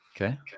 Okay